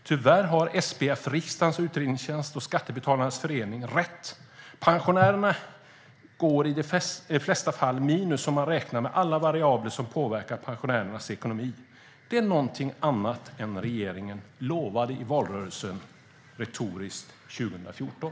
Tyvärr har SPF, riksdagens utredningstjänst och Skattebetalarnas förening rätt: Pensionärerna går i de flesta fall minus om man räknar med alla variabler som påverkar pensionärernas ekonomi. Det är något annat än vad regeringen retoriskt lovade i valrörelsen 2014.